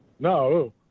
No